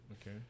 okay